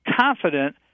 confident